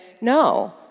no